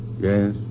Yes